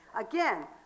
Again